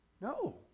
No